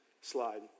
slide